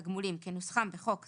כנוסחם בחוק זה,